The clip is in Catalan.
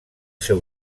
seu